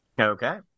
Okay